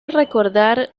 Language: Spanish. recordar